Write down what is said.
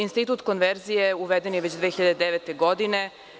Institut konverzije uveden je već 2009. godine.